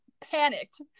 panicked